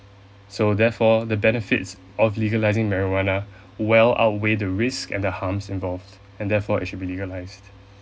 so therefore the benefits of legalizing marijuana well outweigh the risk and the harms involved and therefore it should be legalized